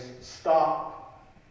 stop